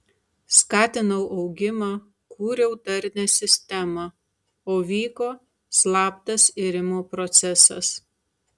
skatinau augimą kūriau darnią sistemą o vyko slaptas irimo procesas